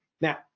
Now